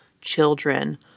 children